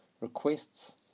requests